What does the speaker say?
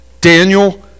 Daniel